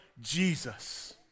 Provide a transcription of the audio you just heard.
Jesus